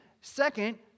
Second